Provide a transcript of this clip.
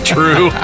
True